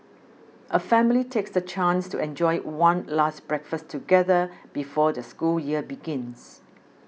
a family takes the chance to enjoy one last breakfast together before the school year begins